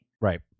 Right